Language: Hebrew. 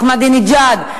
אחמדינג'אד.